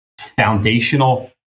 foundational